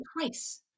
twice